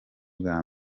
bwa